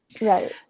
Right